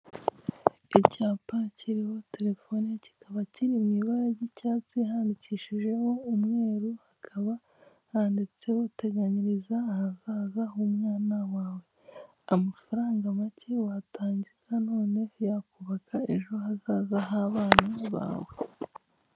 Icyapa kiriho terefone kikaba kiri mu ibara ry'icyatsi handikishijeho umweru hakaba handitseho teganyiriza ahazaza h'umwana wawe amafaranga make watangiza none yakubaka eja hazaza h'abana bawe.